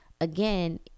again